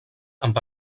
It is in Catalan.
amb